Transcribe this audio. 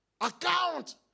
Account